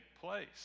place